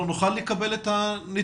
אנחנו נוכל לקבל את הנתונים?